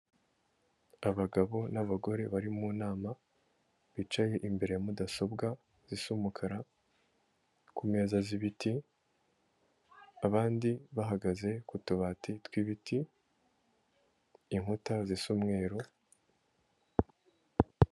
Abagabo n'abagore bari mu nama, bicaye imbere ya mudasobwa zisa umukara, ku meza z'ibiti, abandi bahagaze ku tubati tw'ibiti, inkuta zisa umweru.